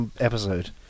episode